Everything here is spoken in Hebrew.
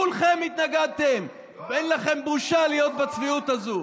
כולכם התנגדתם, ואין לכם בושה להיות בצביעות הזו.